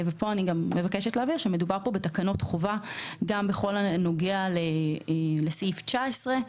אני מבקשת להבהיר שמדובר בתקנות חובה גם בכל הנוגע לסעיף 19,